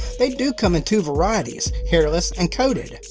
they do come in two varieties, hairless and coated.